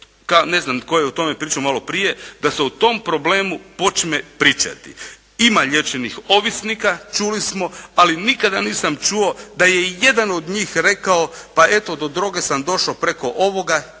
ne znam tko je o tome pričao malo prije, da se o tom problemu počme pričati. Ima liječenih ovisnika čuli smo, ali nikada nisam čuo da je i jedan od njih rekao, pa eto do droge sam došao preko ovoga